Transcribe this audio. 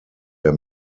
der